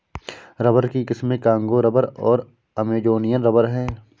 rubber की किस्में Congo rubber और अमेजोनियन रबर हैं